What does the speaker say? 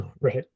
Right